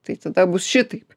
tai tada bus šitaip